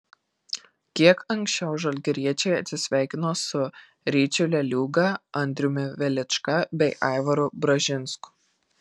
kiek anksčiau žalgiriečiai atsisveikino su ryčiu leliūga andriumi velička bei aivaru bražinsku